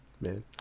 man